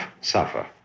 suffer